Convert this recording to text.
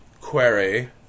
query